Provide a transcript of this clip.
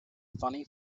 funny